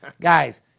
Guys